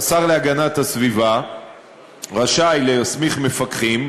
השר להגנת הסביבה רשאי להסמיך מפקחים,